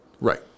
Right